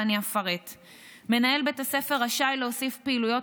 ואני אפרט: 1. מנהל בית הספר רשאי להוסיף פעילויות